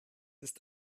ist